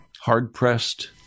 hard-pressed